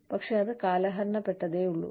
പക്ഷേ അത് കാലഹരണപ്പെട്ടതേയുള്ളൂ